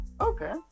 Okay